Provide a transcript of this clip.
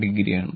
9o ആണ്